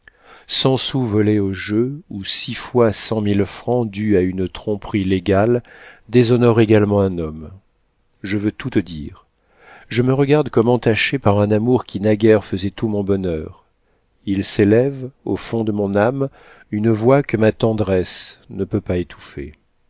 sous volés au jeu ou six fois cent mille francs dus à une tromperie légale déshonorent également un homme je veux tout te dire je me regarde comme entachée par un amour qui naguère faisait tout mon bonheur il s'élève au fond de mon âme une voix que ma tendresse ne peut pas étouffer